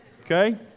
Okay